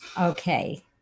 Okay